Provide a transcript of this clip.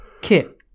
Kit